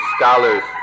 scholars